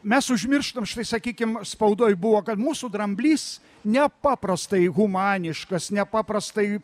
mes užmirštam sakykim spaudoj buvo kad mūsų dramblys nepaprastai humaniškas nepaprastai